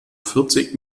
vierzig